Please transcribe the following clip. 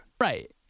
Right